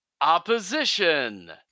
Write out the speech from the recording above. opposition